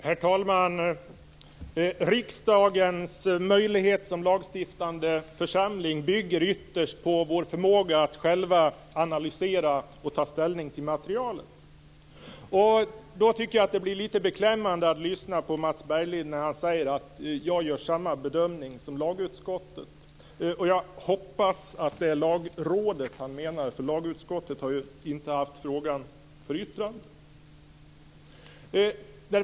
Herr talman! Riksdagens möjlighet att fungera som en lagstiftande församling bygger ytterst på vår förmåga att själva analysera och ta ställning till materialet. Då blir det litet beklämmande att höra Mats Berglind säga att han gör samma bedömning som lagutskottet. Jag hoppas att det är Lagrådet han menar. Lagutskottet har ju inte haft frågan för yttrande.